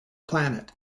planet